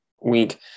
week